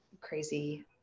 crazy